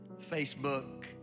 Facebook